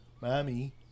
Mommy